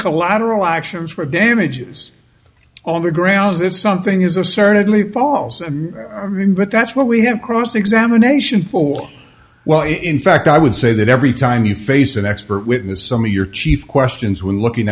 collateral actions for damages on the grounds that something is a certainly falls i mean but that's where we have cross examination for well in fact i would say that every time you face an expert witness some of your chief questions when looking